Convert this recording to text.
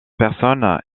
personne